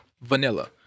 vanilla